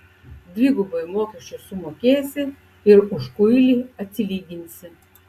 dvigubai mokesčius sumokėsi ir už kuilį atsilyginsi